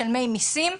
משלמי מסים,